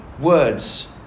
words